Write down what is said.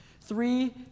Three